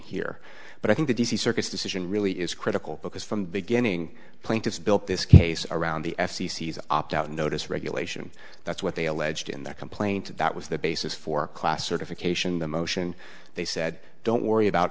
here but i think the d c circuit decision really is critical because from the beginning plaintiffs built this case around the f c c as an opt out notice regulation that's what they alleged in their complaint that was the basis for class certification the motion they said don't worry about